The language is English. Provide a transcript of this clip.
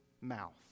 mouth